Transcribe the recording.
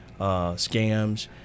scams